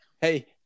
Hey